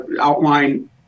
outline